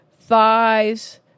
thighs